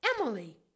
emily